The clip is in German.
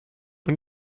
und